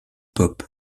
pop